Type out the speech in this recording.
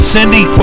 Cindy